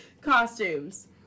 Costumes